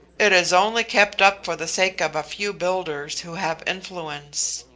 it is only kept up for the sake of a few builders who have influence.